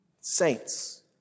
Saints